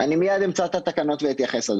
אני מייד אמצא את התקנות ואתייחס.